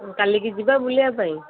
କାଲି କି ଯିବା ବୁଲିବା ପାଇଁ